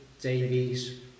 Davies